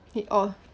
he oh